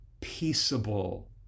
peaceable